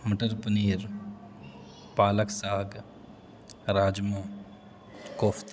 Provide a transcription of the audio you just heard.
مٹر پنیر پالک ساگ راجمہ کوفتہ